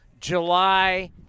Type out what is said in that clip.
July